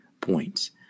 points